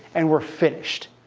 and we're finished.